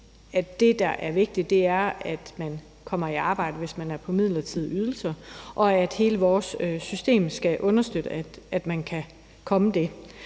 at det, der er vigtigt, er, at man kommer i arbejde, hvis man er på midlertidige ydelser, og at hele vores system skal understøtte, at man kan komme det.